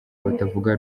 batavuga